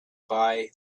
buy